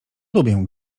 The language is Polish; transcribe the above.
lubię